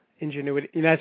Ingenuity